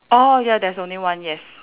orh ya there's only one yes